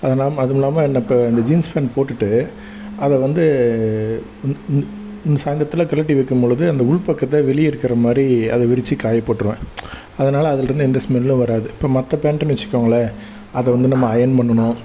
அது நாம் அதுவும் இல்லாமல் நான் இப்போ இந்த ஜீன்ஸ் பேண்ட் போட்டுட்டு அதை வந்து இந்த சாய்ந்திரத்துல கழட்டி வைக்கும்பொழுது அந்த உள் பக்கத்தை வெளியே இருக்கிற மாதிரி அதை விரித்து காயப்போட்டுருவேன் அதனால் அதுலேருந்து எந்த ஸ்மெல்லும் வராது இப்போ மற்ற பேண்ட்டுன்னு வச்சுக்கோங்களே அதை வந்து நம்ம அயன் பண்ணணும்